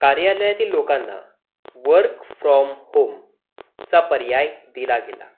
कार्यालयातील लोकांना work from होमचा पर्याय दिला गेला